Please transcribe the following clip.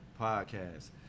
Podcast